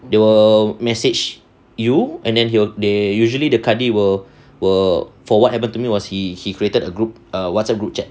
they will message you and then he will they usually the kadi will will for what happened to me was he he created a group a WhatsApp group chat